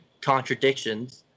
contradictions